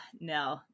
No